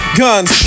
guns